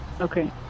Okay